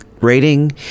rating